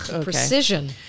precision